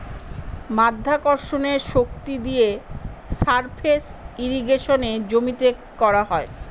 মাধ্যাকর্ষণের শক্তি দিয়ে সারফেস ইর্রিগেশনে জমিতে করা হয়